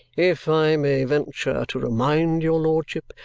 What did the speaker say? if i may venture to remind your lordship,